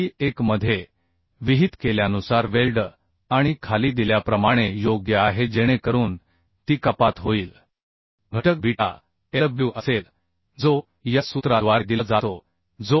3 मध्ये विहित केल्यानुसार वेल्ड आणि खाली दिल्याप्रमाणे योग्य आहे जेणेकरून ती रिडक्शन फॅक्टर बीटा एलडब्ल्यू असेल जो या सूत्राद्वारे दिला जातो जो 1